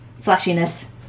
flashiness